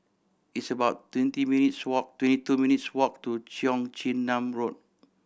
it's about twenty minutes' walk twenty two minutes' walk to Cheong Chin Nam Road